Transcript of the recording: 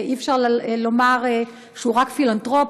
ואי-אפשר לומר שהוא רק פילנתרופ.